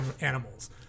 animals